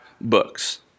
books